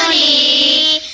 e